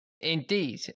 Indeed